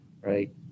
right